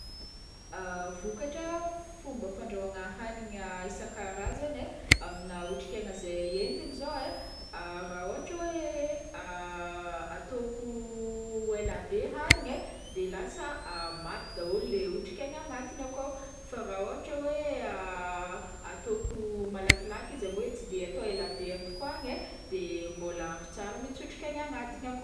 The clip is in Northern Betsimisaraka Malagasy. Vokatra fomba fandrahoagna hagniny isan-karazagny e amina otrik'aigny ze entigny zao e, raha ôhatra hoe atôko elabe hagniny de lasa maty daholo otrik'aigny agnatiny akao fa raha ôhatra hoe atôko malakilaky i zagny hoe tsy atao elabe an-tokoagna e de mbola ampy mihintsy otrik'aigna agnatigny akao.